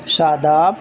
شاداب